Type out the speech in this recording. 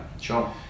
Sure